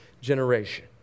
generation